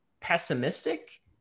pessimistic